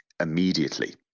immediately